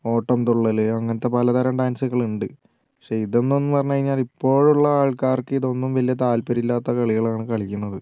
ഓട്ടം തുള്ളൽ അങ്ങനത്തെ പലതരം ഡാൻസുകളുണ്ട് പക്ഷേ ഇതൊന്നും ഒന്നും പറഞ്ഞു കഴിഞ്ഞാൽ ഇപ്പോഴുള്ള ആൾക്കാർക്ക് ഇതൊന്നും വലിയ താൽപര്യം ഇല്ലാത്ത കളികളാണ് കളിക്കുന്നത്